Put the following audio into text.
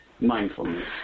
mindfulness